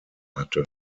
hatte